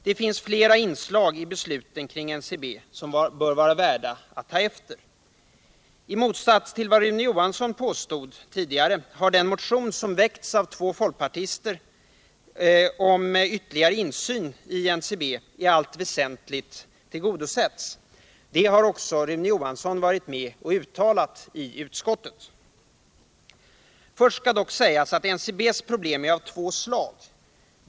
Det finns flera inslag i besluten kring NCB som bör vara värda att ta efter. I motsats till vad Rune Johansson påstod tidigare har den motion som väckts av två folkpartister om ytterligare insyn i NCB i allt väsentligt tillgodosetts. Det har också Rune Johansson varit med om att uttala i utskottet. Först skall dock sägas att NCB:s problem är av två slag.